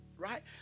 Right